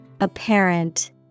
Apparent